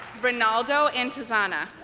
ronaldo antezana